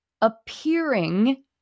appearing